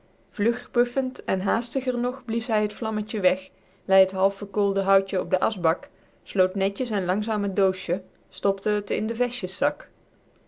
vlug puffend en haastiger nog blies hij het vlammetje weg lei het half verkoolde houtje op den aschbak sloot netjes en langzaam het doosje stopte het in den vestjeszak